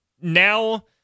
Now